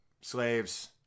slaves